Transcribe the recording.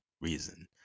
reason